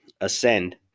Ascend